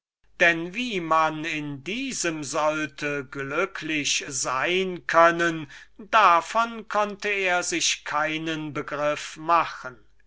denn wie man in diesem sollte glücklich sein können davon konnte er sich keinen begriff machen